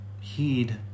heed